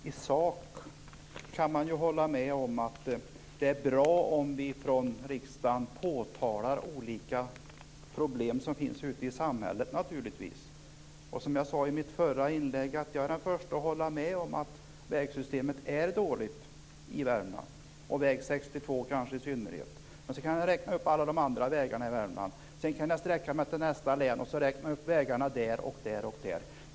Fru talman! I sak kan jag hålla med om att det är bra om vi från riksdagen påtalar olika problem som finns ute i samhället. Som jag sade i mitt förra inlägg är jag den förste att hålla med om att vägsystemet är dåligt i Värmland, och kanske i synnerhet väg 62. Men sedan kan jag räkna upp alla andra vägar i Värmland, och jag kan sträcka mig till nästa län och räkna upp vägarna där.